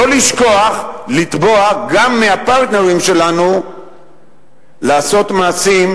לא לשכוח לתבוע גם מהפרטנרים שלנו לעשות מעשים,